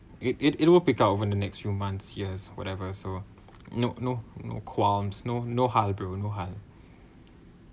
it it it will pick up over the next few months years whatever so no no no qualms no no high bro no high